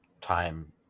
time